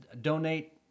donate